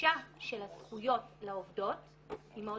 ההנגשה של הזכויות לעובדות היא מאוד